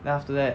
then after that